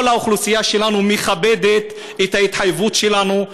כל האוכלוסייה שלנו מכבדת את ההתחייבות שלנו.